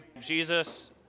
Jesus